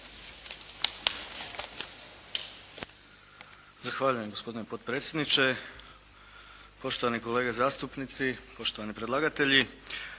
Zahvaljujem gospodine potpredsjedniče. Poštovani kolege zastupnici, poštovani predlagatelji.